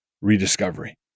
Rediscovery